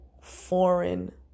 foreign